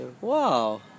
Wow